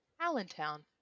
Allentown